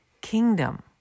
Kingdom